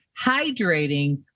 hydrating